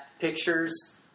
pictures